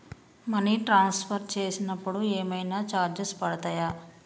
Money transfer చేసినప్పుడు ఏమైనా charges పడతయా?